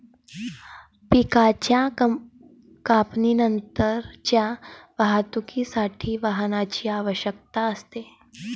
पिकाच्या कापणीनंतरच्या वाहतुकीसाठी वाहनाची आवश्यकता असते